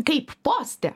kaip poste